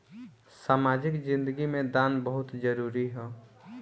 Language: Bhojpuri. सामाजिक जिंदगी में दान बहुत जरूरी ह